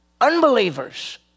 Unbelievers